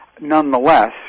nonetheless